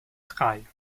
drei